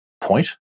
point